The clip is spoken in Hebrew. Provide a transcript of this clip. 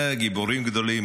גיבורים גדולים.